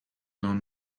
not